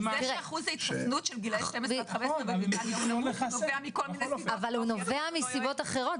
הוא נובע מסיבות אחרות.